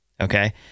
okay